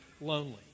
lonely